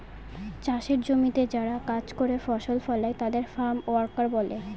চাষের জমিতে যারা কাজ করে ফসল ফলায় তাদের ফার্ম ওয়ার্কার বলে